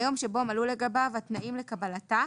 מהיום שבו מלאו לגביו התנאים לקבלתה,